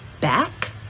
back